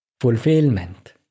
fulfillment